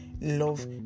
love